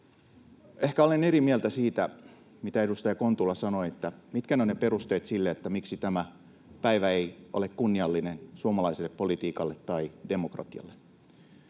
Ehkä olen eri mieltä siitä, mitä edustaja Kontula sanoi, mitkä ovat ne perusteet sille, miksi tämä päivä ei ole kunniallinen suomalaiselle politiikalle tai demokratialle,